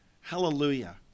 Hallelujah